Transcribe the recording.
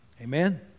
Amen